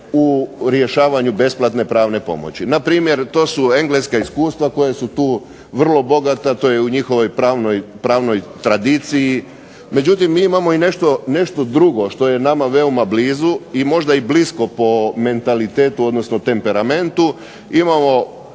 u rješavanju besplatne pravne pomoći. Na primjer to su engleska iskustva koja su tu vrlo bogata. To je u njihovoj pravnoj tradiciji. Međutim, mi imamo i nešto drugo što je nama veoma blizu i možda i blisko po mentalitetu, odnosno temperamentu. Imamo